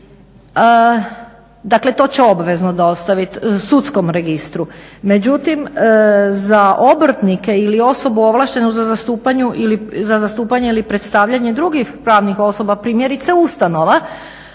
Dakle to će obvezno dostaviti sudskom registru. Međutim za obrtnike ili osobu ovlaštenu za zastupanje ili predstavljanje drugih pravnih osoba primjerice ustanova